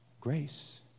Grace